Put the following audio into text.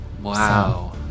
Wow